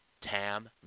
Tam